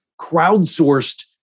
crowdsourced